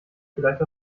vielleicht